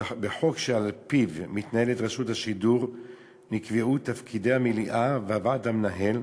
"בחוק שעל-פיו מתנהלת רשות השידור נקבעו תפקידי המליאה והוועד המנהל,